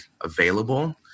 available